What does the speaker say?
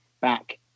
back